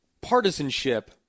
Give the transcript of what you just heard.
partisanship